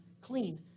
clean